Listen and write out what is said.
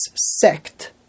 sect